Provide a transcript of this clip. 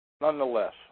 Nonetheless